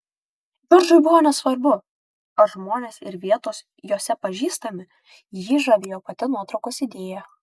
džordžui buvo nesvarbu ar žmonės ir vietos jose pažįstami jį žavėjo pati nuotraukos idėja